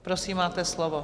Prosím, máte slovo.